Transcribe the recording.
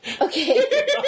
okay